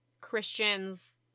Christian's